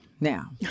now